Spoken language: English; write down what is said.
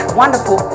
wonderful